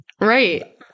Right